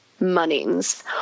Munnings